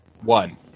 one